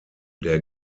der